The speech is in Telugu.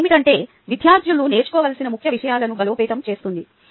ఇది ఏమిటంటే విద్యార్దులు నేర్చుకోవాల్సిన ముఖ్య విషయాలను బలోపేతం చేస్తుంది